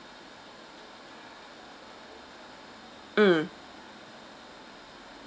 mm